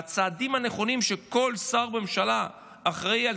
בצעדים נכונים שבהם כל שר בממשלה אחראי על